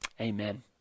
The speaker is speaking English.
Amen